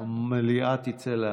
המליאה תצא להפסקה.